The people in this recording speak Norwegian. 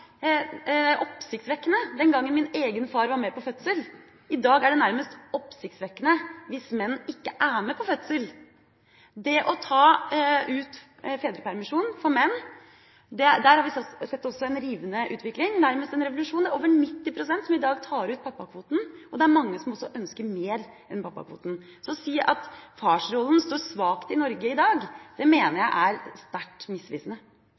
oppsiktsvekkende den gang min egen far var med på fødsel. I dag er det nesten oppsiktsvekkende hvis menn ikke er med på fødsel. Når det gjelder å ta ut fedrepermisjon, har vi sett en rivende utvikling – nærmest en revolusjon. Det er over 90 pst. som i dag tar ut pappakvoten, og det er mange som ønsker mer enn pappakvoten. Så å si at farsrollen står svakt i Norge i dag, mener jeg er sterkt misvisende.